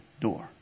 door